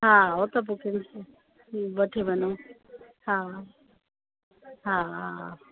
हा हू त बुकिंग वठी वञो हा हा